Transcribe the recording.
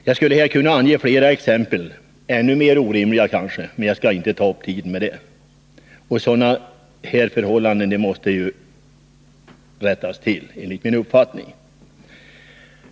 Jag skulle kunna ange fler sådana exempel — ännu mer orimliga, kanske — men jag skall inte ta upp tiden med det. Sådana förhållanden måste enligt min uppfattning rättas till.